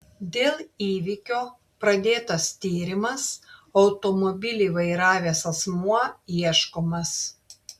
dėl įvykio pradėtas tyrimas automobilį vairavęs asmuo ieškomas